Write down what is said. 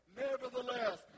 Nevertheless